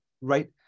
right